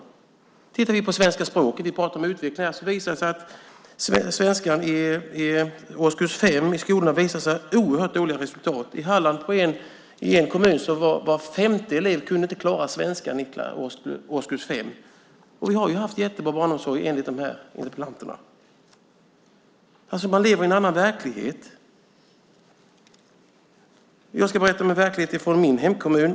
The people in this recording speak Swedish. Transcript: Om vi tittar på svenska språket - vi pratar om utveckling här - visar det sig när det gäller svenskan i årskurs 5 i skolorna att det är oerhört dåliga resultat. I Halland kunde i en kommun var femte elev inte klara svenskan i årskurs 5. Och vi har ju haft jättebra barnomsorg enligt interpellanterna. Man lever i en annan verklighet. Jag ska berätta om en verklighet från min hemkommun.